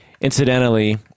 Incidentally